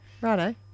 righto